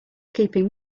keeping